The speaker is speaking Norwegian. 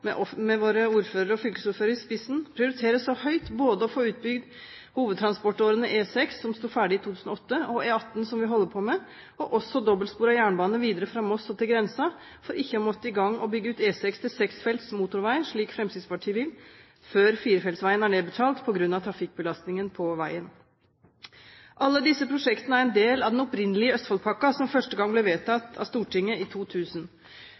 Østfold, med våre ordførere og fylkesordførere i spissen, prioriterer så høyt å få utbygd hovedtransportårene E6, som sto ferdig i 2008, og E18, som vi holder på med, og også dobbeltsporet jernbane videre fra Moss og til grensen for ikke å måtte i gang og bygge ut E6 til seksfelts motorvei, slik Fremskrittspartiet vil, før firefeltsveien er nedbetalt, på grunn av trafikkbelastningen på veien. Alle disse prosjektene er en del av den opprinnelige Østfoldpakka, som første gang ble vedtatt av Stortinget i 2000.